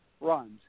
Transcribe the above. runs